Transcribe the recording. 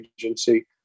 Agency